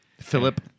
Philip